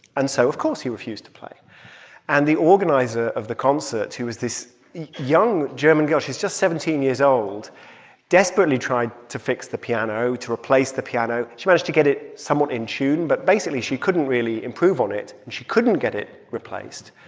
and so, of course, he refused to play and the organizer of the concert, who was this young german girl she's just seventeen years old desperately tried to fix the piano, to replace the piano. she managed to get it somewhat in tune, but basically she couldn't really improve on it. and she couldn't get it replaced.